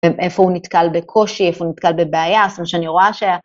ואיפה הוא נתקל בקושי, איפה הוא נתקל בבעיה, זאת אומרת שאני רואה שה...